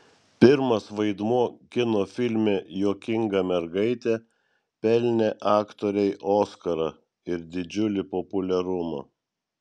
pirmas vaidmuo kino filme juokinga mergaitė pelnė aktorei oskarą ir didžiulį populiarumą